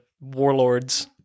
warlords